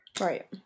Right